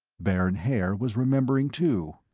baron haer was remembering, too.